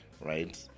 right